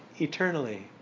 eternally